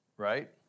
right